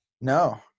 No